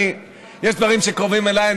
יש דברים שקרובים אליי.